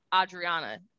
Adriana